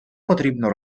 потрібно